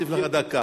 אוסיף לך דקה.